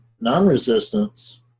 non-resistance